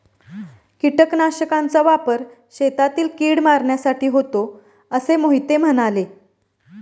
कीटकनाशकांचा वापर शेतातील कीड मारण्यासाठी होतो असे मोहिते म्हणाले